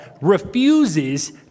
refuses